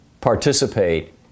participate